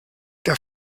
der